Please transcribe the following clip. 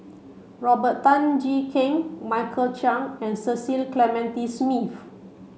Robert Tan Jee Keng Michael Chiang and Cecil Clementi Smith